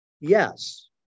Yes